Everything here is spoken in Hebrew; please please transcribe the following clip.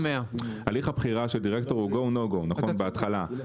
הליך הבחירה של דירקטור הוא גו נו גו נכון בהתחלה,